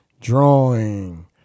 drawing